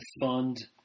fund